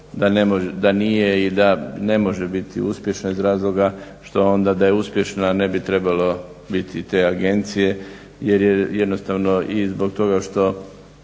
da nije i da ne može biti uspješna iz razloga što onda da je uspješna ne bi trebalo biti te agencije jer je jednostavno i zbog toga što